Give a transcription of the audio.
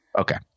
okay